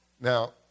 Now